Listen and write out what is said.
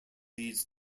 leads